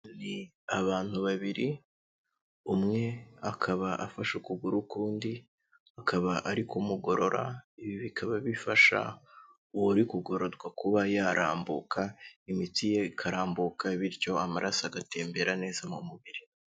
Ni abantu babiri, umwe akaba afashe ukuguru k'undi akaba ari kumugorora, ibi bikaba bifasha uwo uri kugororwa kuba yarambuka imitsi ye ikarambuka, bityo amaraso agatembera neza mu mubiri.